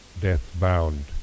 death-bound